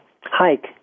hike